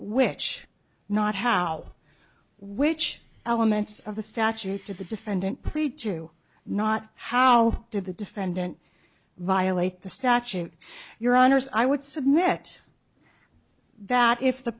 which not how which elements of the statutes of the defendant plea to not how did the defendant violate the statute your honors i would submit that if the